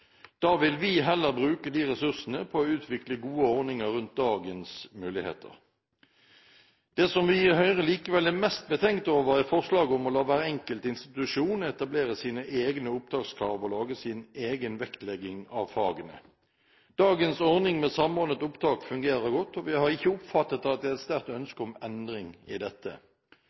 vi heller bruke ressursene på å utvikle gode ordninger rundt dagens muligheter. Vi i Høyre er likevel mest betenkt over forslaget om å la hver enkelt institusjon etablere sine egne opptakskrav og lage sin egen vektlegging av fagene. Dagens ordning med samordnet opptak fungerer godt, og vi har ikke oppfattet at det er noe sterkt ønske om endring av den. For de unge som skal velge utdanning, er det i